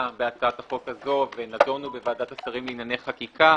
בהצעת החוק הז ונדונו בוועדת השרים לענייני חקיקה,